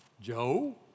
Joe